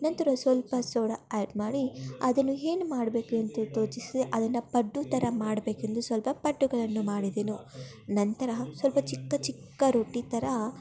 ನಂತರ ಸ್ವಲ್ಪ soda add ಮಾಡಿ ಅದನ್ನು ಏನು ಮಾಡಬೇಕೆಂದು ತೋಚಿಸದೆ ಅದನ್ನು ಪಡ್ಡು ಥರ ಮಾಡಬೇಕೆಂದು ಸ್ವಲ್ಪ ಪಡ್ಡುಗಳನ್ನು ಮಾಡಿದೆನು ನಂತರ ಸ್ವಲ್ಪ ಚಿಕ್ಕ ಚಿಕ್ಕ ರೊಟ್ಟಿ ಥರ